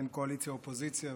אין קואליציה אופוזיציה,